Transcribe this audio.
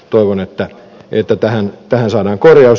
toivon että tähän saadaan korjaus